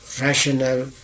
rational